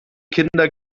kinder